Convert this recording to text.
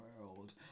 world